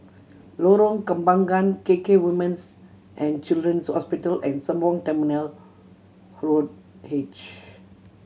Lorong Kembangan K K Women's And Children's Hospital and Sembawang Terminal Road H